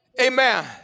Amen